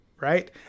right